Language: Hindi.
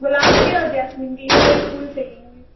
गुलाब के और जेसमीन के ये दो फूल चाहिए होंगे